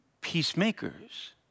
peacemakers